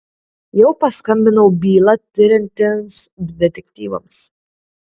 jau paskambinau bylą tiriantiems detektyvams